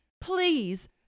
Please